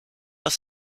aus